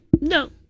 No